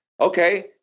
Okay